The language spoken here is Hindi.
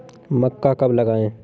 मक्का कब लगाएँ?